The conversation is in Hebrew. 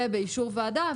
ובאישור וועדה.